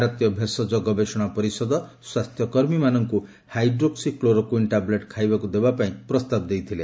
ଭାରତୀୟ ଭେଷଜ ଗବେଷଣା ପରିଷଦ ଆଇସିଏମ୍ଆର୍ ସ୍ୱାସ୍ଥ୍ୟକର୍ମୀମାନଙ୍କୁ ହାଇଡ୍ରୋକ୍ସି କ୍ଲୋରୋକୁଇନ୍ ଟାବ୍ଲେଟ୍ ଖାଇବାକୁ ଦେବାପାଇଁ ପ୍ରସ୍ତାବ ଦେଇଥିଲେ